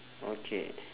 okay